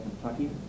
kentucky